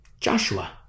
Joshua